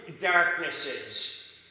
darknesses